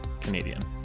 Canadian